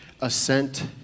assent